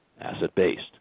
asset-based